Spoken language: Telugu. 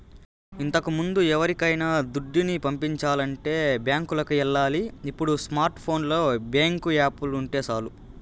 ఇంతకముందు ఎవరికైనా దుడ్డుని పంపించాలంటే బ్యాంకులికి ఎల్లాలి ఇప్పుడు స్మార్ట్ ఫోనులో బ్యేంకు యాపుంటే సాలు